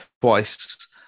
twice